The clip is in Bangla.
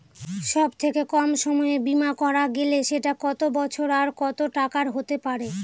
সব থেকে কম সময়ের বীমা করা গেলে সেটা কত বছর আর কত টাকার হতে পারে?